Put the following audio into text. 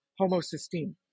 homocysteine